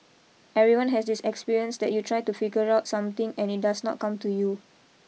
everyone has this experience that you try to figure out something and it does not come to you